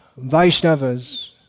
Vaishnavas